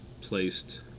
placed